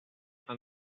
and